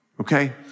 okay